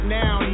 now